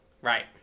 Right